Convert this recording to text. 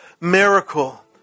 miracle